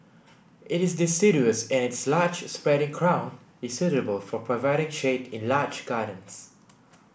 it is deciduous and its large spreading crown is suitable for providing shade in large gardens